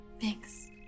Thanks